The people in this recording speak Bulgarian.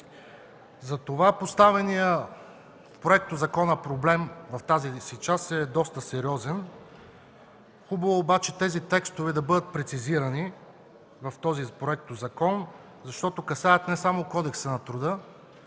Затова поставеният в законопроекта проблем в тази си част е доста сериозен. Хубаво е обаче тези текстове да бъдат прецизирани в проекта, защото касаят не само Кодекса на труда,